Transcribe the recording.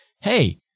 Hey